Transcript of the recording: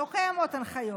לא קיימות הנחיות,